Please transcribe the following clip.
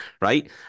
right